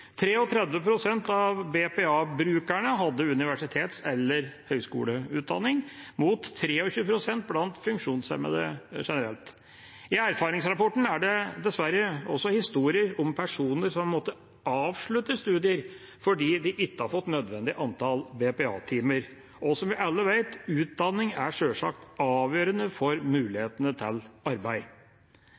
av BPA-brukerne hadde universitets- eller høgskoleutdanning, mot 23 pst. blant funksjonshemmede generelt. I erfaringsrapporten er det dessverre også historier om personer som måtte avslutte studier fordi de ikke har fått nødvendig antall BPA-timer. Som vi alle vet, er utdanning sjølsagt avgjørende for mulighetene til arbeid.